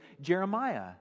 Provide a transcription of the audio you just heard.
Jeremiah